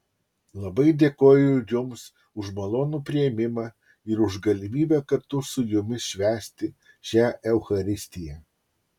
labai dėkoju jums už malonų priėmimą ir už galimybę kartu su jumis švęsti šią eucharistiją